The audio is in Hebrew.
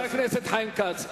חבר הכנסת חיים כץ,